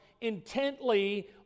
intently